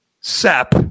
Sap